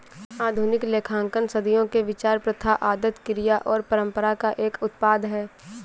आधुनिक लेखांकन सदियों के विचार, प्रथा, आदत, क्रिया और परंपरा का एक उत्पाद है